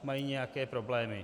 Mají nějaké problémy?